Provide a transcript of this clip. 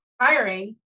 hiring